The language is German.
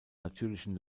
natürlichen